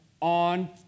on